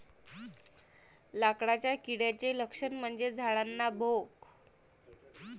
लाकडाच्या किड्याचे लक्षण म्हणजे झाडांना भोक